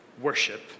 worship